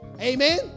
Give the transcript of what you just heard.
Amen